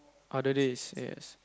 other days yes